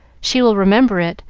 she will remember it,